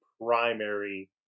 primary